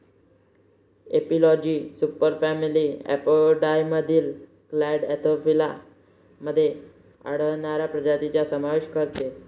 एपिलॉजी सुपरफॅमिली अपोइडियामधील clade Anthophila मध्ये आढळणाऱ्या प्रजातींचा समावेश करते